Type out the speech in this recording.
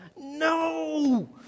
No